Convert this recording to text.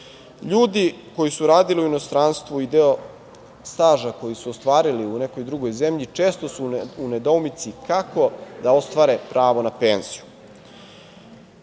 LJudi koji su radili u inostranstvu i deo staža koji su ostvarili u nekoj drugoj zemlji često su u nedoumici kako da ostvare pravo na penziju. Strana